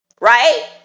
Right